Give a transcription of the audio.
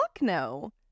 no